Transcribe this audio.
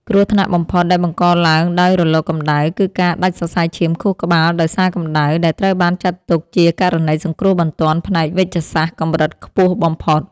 គ្រោះថ្នាក់បំផុតដែលបង្កឡើងដោយរលកកម្ដៅ គឺការដាច់សរសៃឈាមខួរក្បាលដោយសារកម្ដៅ ដែលត្រូវបានចាត់ទុកជាករណីសង្គ្រោះបន្ទាន់ផ្នែកវេជ្ជសាស្ត្រកម្រិតខ្ពស់បំផុត។